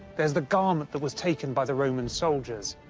there's the garment that was taken by the roman soldiers.